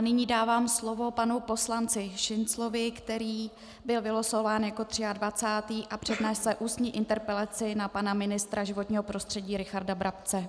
Nyní dávám slovo panu poslanci Šinclovi, který byl vylosován jako 23. a přednese ústní interpelaci na pana ministra životního prostředí Richarda Brabce.